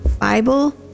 Bible